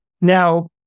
now